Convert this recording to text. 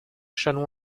châlons